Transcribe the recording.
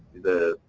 the